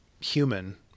human